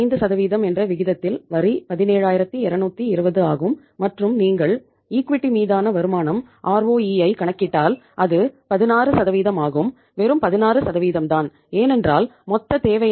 35 என்ற விகிதத்தில் வரி 17220 ஆகும் மற்றும் நீங்கள் ஈக்விட்டி மீதான வருமானம் ஆர்